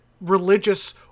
religious